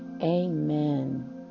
amen